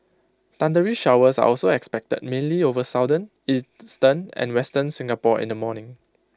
thundery showers are also expected mainly over southern eastern and western Singapore in the morning